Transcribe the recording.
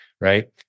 right